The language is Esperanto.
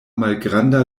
malgranda